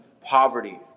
poverty